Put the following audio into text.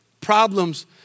problems